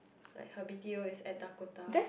like her b_t_o is at Dakota